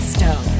Stone